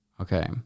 Okay